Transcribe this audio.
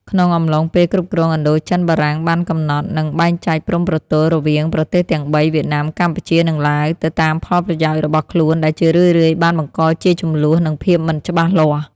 ក្នុងអំឡុងពេលគ្រប់គ្រងឥណ្ឌូចិនបារាំងបានកំណត់ និងបែងចែកព្រំប្រទល់រវាងប្រទេសទាំងបី វៀតណាម កម្ពុជា និងឡាវ ទៅតាមផលប្រយោជន៍របស់ខ្លួន ដែលជារឿយៗបានបង្កជាជម្លោះ និងភាពមិនច្បាស់លាស់។